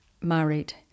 married